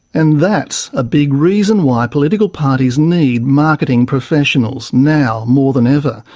and that's a big reason why political parties need marketing professionals now more than ever,